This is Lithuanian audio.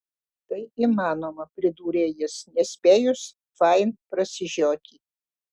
tai įmanoma pridūrė jis nespėjus fain prasižioti